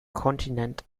kontinent